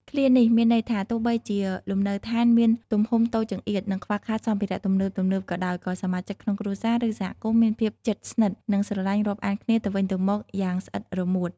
ឃ្លានេះមានន័យថា ទោះបីជាលំនៅឋានមានទំហំតូចចង្អៀត និងខ្វះខាតសម្ភារៈទំនើបៗក៏ដោយ ក៏សមាជិកក្នុងគ្រួសារ ឬសហគមន៍មានភាពជិតស្និទ្ធ និងស្រឡាញ់រាប់អានគ្នាទៅវិញទៅមកយ៉ាងស្អិតរមួត។